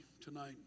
tonight